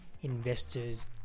investors